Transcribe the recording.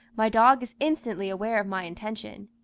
my dog is instantly aware of my intention.